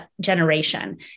generation